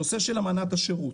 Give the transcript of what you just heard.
הנושא של אמנת השירות,